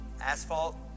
asphalt